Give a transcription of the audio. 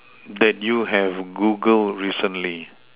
that you have Google recently